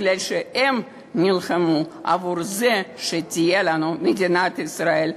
מפני שהם נלחמו שתהיה לנו מדינת ישראל.